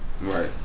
Right